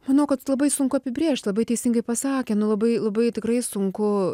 manau kad labai sunku apibrėžt labai teisingai pasakė nu labai labai tikrai sunku